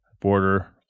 Border